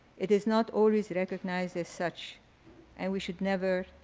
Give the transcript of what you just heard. it is not always recognized as such and we should never,